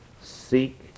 Seek